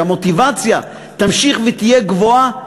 שהמוטיבציה תמשיך ותהיה גבוהה,